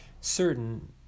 certain